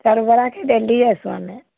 ଚାଉଲ୍ ବରା ଖାଇ ଡେଲି ଯାଏସୁଁ ଆମେ